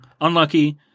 unlucky